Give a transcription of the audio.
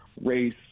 race